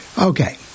Okay